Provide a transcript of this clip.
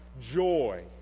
Joy